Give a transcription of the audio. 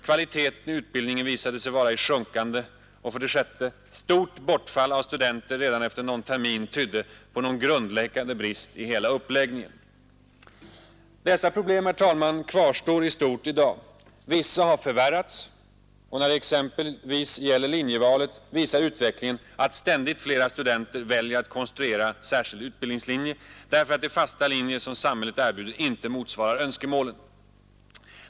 Kvaliteten i utbildningen visade sig vara i sjunkande. 6. Stort bortfall av studenter redan efter någon termin tydde på någon grundläggande brist i hela uppläggningen. Dessa problem, herr talman, kvarstår i stort i dag. Vissa har förvärrats, och när det exempelvis gäller linjevalet visar utvecklingen att ständigt flera studenter väljer att konstruera särskild utbildningslinje, därför att de fasta linjer som samhället erbjuder inte motsvarar önskemålen.